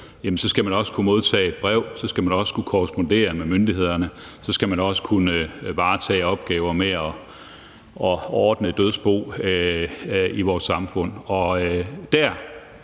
også skal kunne modtage et brev, også kan korrespondere med myndighederne, og så skal man også kunne varetage opgaver med at ordne et dødsbo i vores samfund.